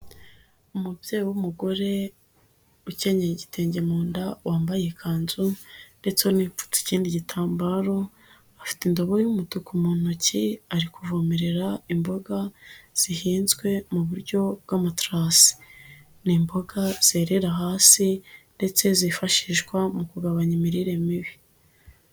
Umubyeyi w'umugore ukennyeye igitenge mu nda, wambaye ikanzu, ndetse n'ikindi gitambaro, afite indobo y'umutuku mu ntoki, ari kuvomerera imboga zihinzwe mu buryo bw'amatrasi, n'imboga zerera hasi ndetse zifashishwa mu kugabanya imirire mibi.